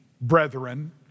brethren